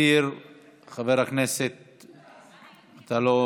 ההצעה לכלול את הנושא בסדר-היום של הכנסת לא נתקבלה.